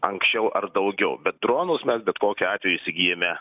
anksčiau ar daugiau bet dronus mes bet kokiu atveju įsigyjame